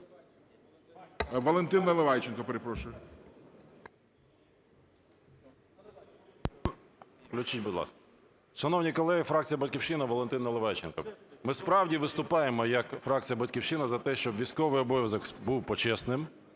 Валентин Наливайченко, перепрошую. 16:53:04 НАЛИВАЙЧЕНКО В.О. Шановні колеги! Фракція "Батьківщина", Валентин Наливайченко. Ми справді виступаємо як фракція "Батьківщина" за те, щоб військовий обов'язок був почесним,